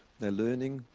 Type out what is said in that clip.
their learning,